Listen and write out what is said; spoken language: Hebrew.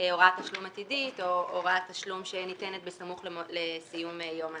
הוראת תשלום עתידית או הוראת תשלום שניתנת בסמוך לסיום יום העסקים.